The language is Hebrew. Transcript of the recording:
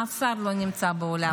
אף שר לא נמצא באולם?